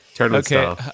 okay